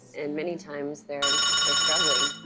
and many times, they're they're struggling.